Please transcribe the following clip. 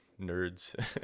nerds